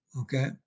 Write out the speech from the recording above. okay